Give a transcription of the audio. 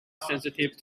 sensitive